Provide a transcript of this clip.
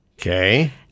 Okay